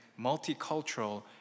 multicultural